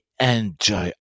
enjoy